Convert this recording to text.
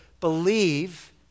believe